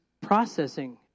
processing